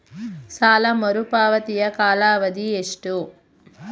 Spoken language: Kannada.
ಸಾಲ ಮರುಪಾವತಿಯ ಕಾಲಾವಧಿ ಎಷ್ಟು?